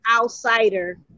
outsider